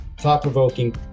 thought-provoking